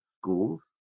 schools